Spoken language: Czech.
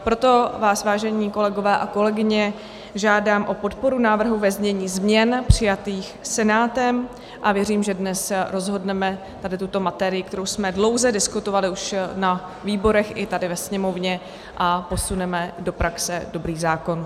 Proto vás, vážení kolegové a kolegyně, žádám o podporu návrhu ve znění změn přijatých Senátem a věřím, že dnes rozhodneme, aby tuto materii, kterou jsme dlouze diskutovali už na výborech i tady ve Sněmovně a posuneme do praxe dobrý zákon.